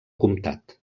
comtat